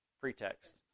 pretext